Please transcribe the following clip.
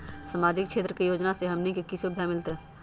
सामाजिक क्षेत्र के योजना से हमनी के की सुविधा मिलतै?